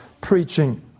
preaching